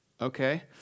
Okay